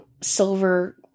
silver